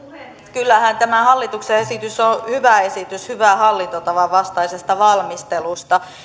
kyllähän tämä hallituksen esitys on hyvä esitys hyvän hallintotavan vastaisesta valmistelusta